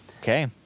Okay